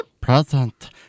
Present